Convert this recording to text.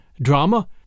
drama